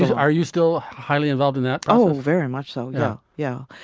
yeah are you still highly involved in that? oh, very much so. yeah. yeah,